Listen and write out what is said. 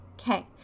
Okay